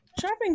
Shopping